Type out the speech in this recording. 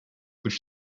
which